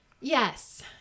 Yes